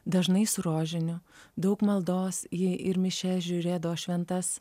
dažnai su rožiniu daug maldos ji ir mišias žiūrėdavo šventas